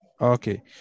okay